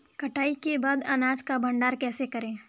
कटाई के बाद अनाज का भंडारण कैसे करें?